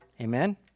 Amen